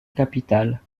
capitale